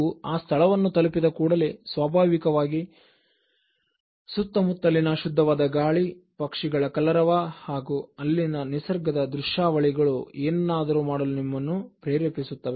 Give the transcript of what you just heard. ನೀವು ಆ ಸ್ಥಳವನ್ನುತಲುಪಿದ ಕೂಡಲೇ ಸ್ವಾಭಾವಿಕವಾಗಿ ಸುತ್ತಮುತ್ತಲಿನ ಶುದ್ಧವಾದ ಗಾಳಿ ಪಕ್ಷಿಗಳ ಕಲರವ ಹಾಗೂ ಅಲ್ಲಿನ ನಿಸರ್ಗದ ದೃಶ್ಯಾವಳಿಗಳು ಏನನ್ನಾದರೂ ಮಾಡಲು ನಿಮ್ಮನ್ನು ಪ್ರೇರೆಪಿಸುತ್ತವೆ